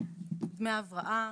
דמי הבראה